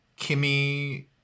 Kimmy